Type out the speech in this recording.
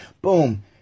Boom